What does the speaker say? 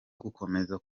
gukomeza